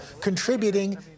contributing